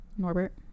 Norbert